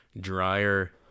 drier